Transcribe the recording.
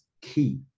key